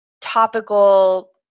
topical